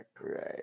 Right